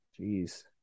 Jeez